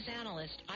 analyst